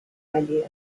idea